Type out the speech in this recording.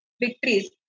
victories